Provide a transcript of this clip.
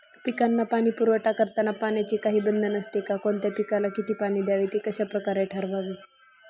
पिकांना पाणी पुरवठा करताना पाण्याचे काही बंधन असते का? कोणत्या पिकाला किती पाणी द्यावे ते कशाप्रकारे ठरवावे?